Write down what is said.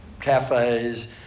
cafes